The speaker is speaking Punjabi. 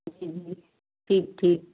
ਜੀ ਠੀਕ ਠੀਕ